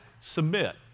Submit